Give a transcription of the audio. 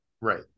right